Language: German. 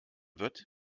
wird